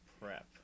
Prep